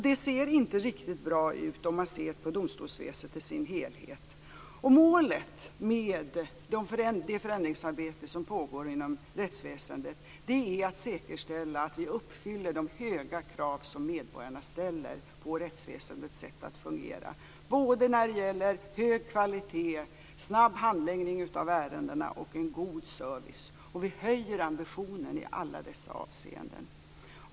Det ser inte riktigt bra ut om man ser på domstolsväsendet i dess helhet. Målet med det förändringsarbete som pågår inom rättsväsendet är att säkerställa att vi uppfyller de höga krav som medborgarna ställer på rättsväsendets sätt att fungera när det gäller hög kvalitet, snabb handläggning av ärenden och en god service. Vi höjer ambitionen i alla dessa avseenden.